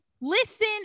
listen